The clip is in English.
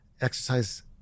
Exercise